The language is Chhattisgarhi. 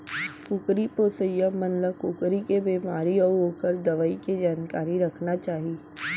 कुकरी पोसइया मन ल कुकरी के बेमारी अउ ओकर दवई के जानकारी रखना चाही